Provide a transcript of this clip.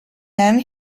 then